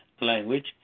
language